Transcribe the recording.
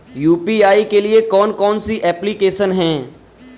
UPI के लिए कौन कौन सी एप्लिकेशन हैं?